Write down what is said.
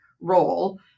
role